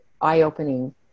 eye-opening